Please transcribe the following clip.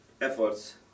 efforts